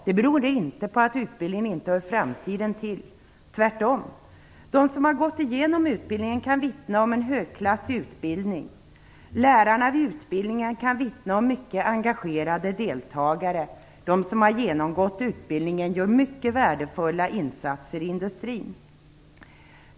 Det beror inte på att utbildningen inte hör framtiden till, tvärtom. De som har genomgått utbildningen kan vittna om en högklassig utbildning. Lärarna vid utbildningen kan vittna om mycket engagerade deltagare. De som har genomgått utbildningen gör mycket värdefulla insatser i industrin.